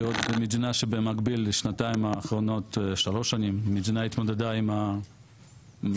שעוד מדינה שבמקביל בשנתיים-שלוש השנים האחרונות התמודדה עם המגיפה.